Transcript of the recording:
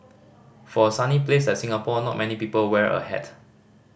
for a sunny place like Singapore not many people wear a hat